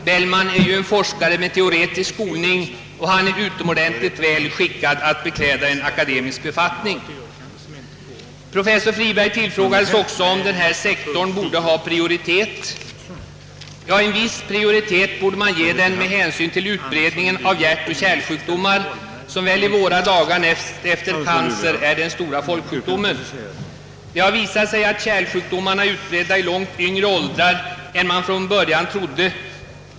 Bellman är ju en forskare med teoretisk skolning och utomordentligt väl skickad att bekläda en akademisk befattning, uttalade Friberg. Professor Friberg tillfrågades också om denna sektor borde ha prioritet, och han svarade att den borde ha en viss prioritet med hänsyn till utredningen av hjärtoch kärlsjukdomarna, vilka väl i våra dagar kommer närmast efter cancer, då det gäller de stora folksjukdomarna. Det har visat sig, att kärlsjukdomarna är utbredda i betydligt lägre åldrar än man från början trodde.